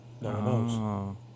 No